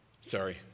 Sorry